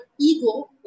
ego